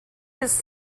his